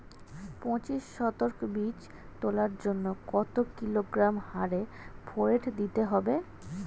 পঁচিশ শতক বীজ তলার জন্য কত কিলোগ্রাম হারে ফোরেট দিতে হবে?